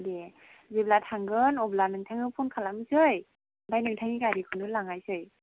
दे जेब्ला थांगोन अब्ला नोंथांनाव फन खालामनिसै ओमफ्राय नोंथांनि गारिखौनो लांनोसै